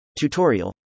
Tutorial